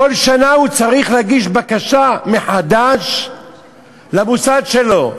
בכל שנה צריך להגיש בקשה מחדש למוסד שלו.